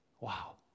wow